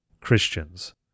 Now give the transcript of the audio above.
Christians